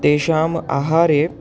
तेषाम् आहारे